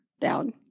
down